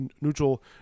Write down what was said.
neutral